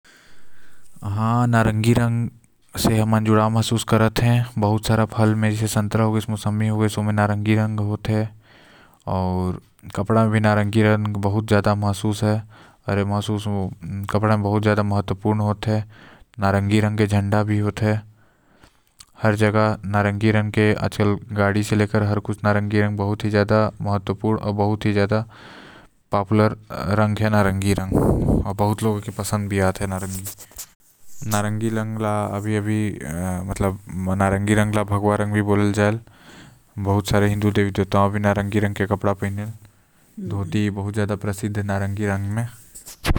हैं नारंगी रंग से मै जड़ाव महसूस करते हैं। काबर कि जो फल होल जैसे संतरा हो गाइस मौसंबी हो गाइस आऊ कपड़ा भी नारंगी रंग के बहुत अच्छा लगेल।